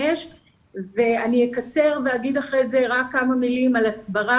105. אני אקצר ואומר אחר כך רק כמה מלים על הסברה